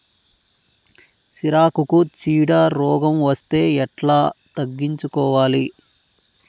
సిరాకుకు చీడ రోగం వస్తే ఎట్లా తగ్గించుకోవాలి?